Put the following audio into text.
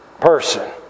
person